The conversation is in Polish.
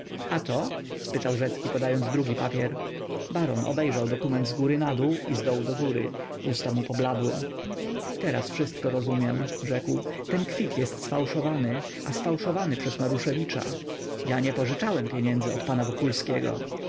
a to spytał rzecki podając dragi papier baron obejrzał dokument zgóry nadół i zdołu do góry usta mu pobladły teraz wszystko rozumiem rzekł ten kwit jest sfałszowany a sfałszowany przez maruszewicza ja nie pożyczałem pieniędzy od pana wokulskiego